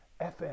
fm